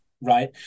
right